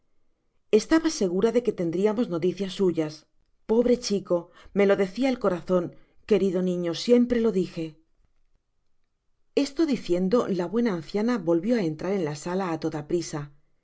estaba segura de que tendriamos noticias suyas pobre chico me lo decia el corazon querido niño siempre lo dije content from google book search generated at esto diciendo la buena anciana volvió á entrar en la sala á toda prisa